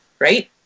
Right